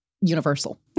universal